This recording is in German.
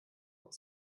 noch